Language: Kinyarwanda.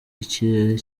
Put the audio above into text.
ikirere